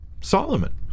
Solomon